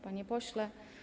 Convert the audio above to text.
Panie Pośle!